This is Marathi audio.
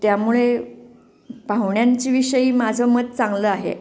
त्यामुळे पाहुण्यांच्याविषयी माझं मत चांगलं आहे